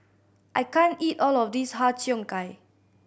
I can't eat all of this Har Cheong Gai